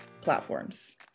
platforms